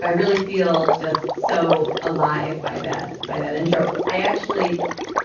i really feel just so alive by that by that intro. i actually